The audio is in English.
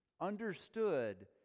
understood